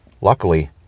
Luckily